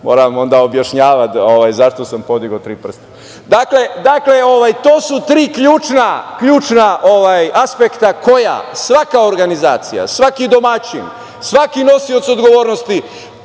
moram onda objašnjavati zašto sam podigao ova tri prsta. Dakle, to su tri ključna aspekta koja svaka organizacija, svaki domaćin, svaki nosioc odgovornosti,